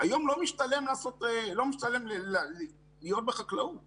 היום, לא משתלם להיות בחקלאות בכלל,